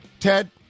Ted